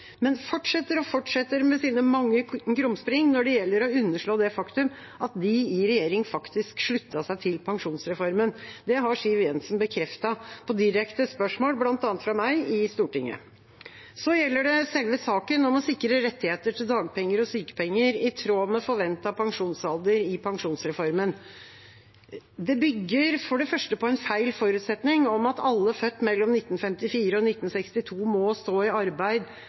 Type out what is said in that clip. men fortsetter og fortsetter med sine mange krumspring når det gjelder å underslå det faktum at de i regjering faktisk sluttet seg til pensjonsreformen. Det har Siv Jensen bekreftet på direkte spørsmål fra meg i Stortinget. Så gjelder det selve saken, om å sikre rettigheter til dagpenger og sykepenger i tråd med forventet pensjonsalder i pensjonsreformen. Den bygger for det første på en feil forutsetning om at alle født mellom 1954 og 1962 må stå i arbeid